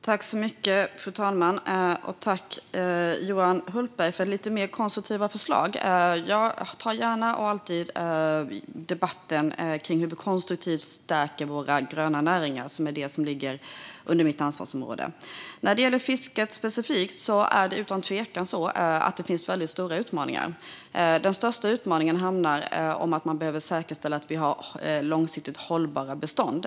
Fru talman! Tack, Johan Hultberg, för konstruktiva förslag! Jag tar gärna och alltid debatten om hur vi konstruktivt stärker de gröna näringarna, som ligger inom mitt ansvarsområde. Vad gäller fisket specifikt finns det utan tvekan väldigt stora utmaningar. Den största handlar om att man behöver säkerställa att det finns långsiktigt hållbara bestånd.